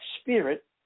spirit